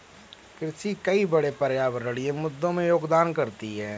कृषि कई बड़े पर्यावरणीय मुद्दों में योगदान करती है